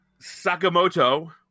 Sakamoto